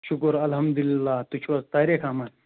شُکُر الحمدللہ تُہۍ چھِو حظ تاریک احمد